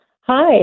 Hi